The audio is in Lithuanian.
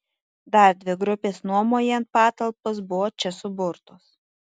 dar dvi grupės nuomojant patalpas buvo čia suburtos